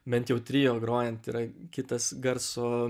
bent jau trio grojant yra kitas garso